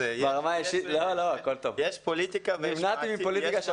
יש פוליטיקה ויש מעשים.